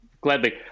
Gladly